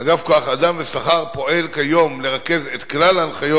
אגף כוח-אדם ושכר פועל כיום לרכז את כלל ההנחיות